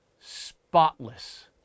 spotless